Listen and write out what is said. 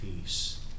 peace